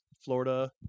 Florida